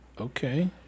Okay